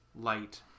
light